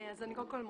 קודם כול,